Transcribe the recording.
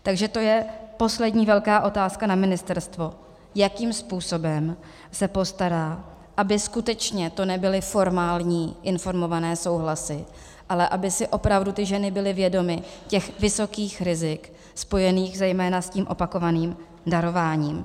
Takže to je poslední velká otázka na ministerstvo, jakým způsobem se postará, aby skutečně to nebyly formální informované souhlasy, ale aby si opravdu ty ženy byly vědomy těch vysokých rizik spojených zejména s tím opakovaným darováním.